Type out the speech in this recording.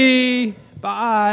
Bye